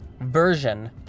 version